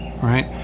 Right